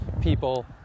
people